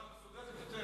בצורה מסודרת יותר,